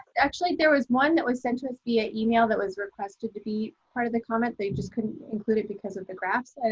actually, there was one that was sent via email that was requested to be part of the comment, they just couldn't include it because of the graphs.